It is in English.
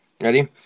Ready